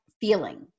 feeling